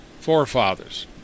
forefathers